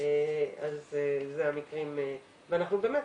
אנחנו באמת